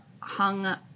hung